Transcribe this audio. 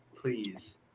please